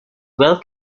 well